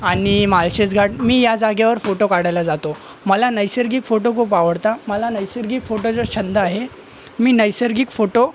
आणि माळशेज घाट मी या जागेवर फोटो काढायला जातो मला नैसर्गिक फोटो खूप आवडता मला नैसर्गिक फोटोचा छंद आहे मी नैसर्गिक फोटो